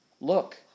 Look